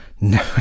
no